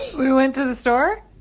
we went to the store?